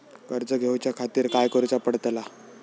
कर्ज घेऊच्या खातीर काय करुचा पडतला?